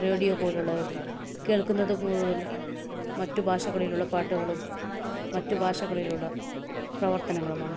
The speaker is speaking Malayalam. റേഡിയോ പോലെയുള്ളതിലും കേൾക്കുന്നത് മുഴുവനും മറ്റ് ഭാഷകളിലുള്ള പാട്ടുകളും മറ്റ് ഭാഷകളിലുള്ള പ്രവർത്തനങ്ങളുമാണ്